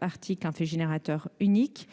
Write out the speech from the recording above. l'article, un fait générateur unique.